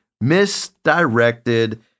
misdirected